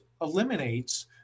eliminates